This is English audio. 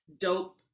Dope